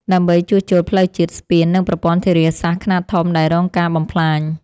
ដើម្បីជួសជុលផ្លូវជាតិ ស្ពាន និងប្រព័ន្ធធារាសាស្ត្រខ្នាតធំដែលរងការបំផ្លាញ។